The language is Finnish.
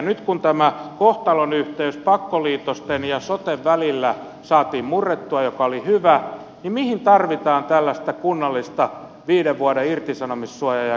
nyt kun tämä kohtalonyhteys pakkoliitosten ja soten välillä saatiin murrettua mikä oli hyvä niin mihin tarvitaan tällaista kunnallista viiden vuoden irtisanomissuojaa ja ketjutusta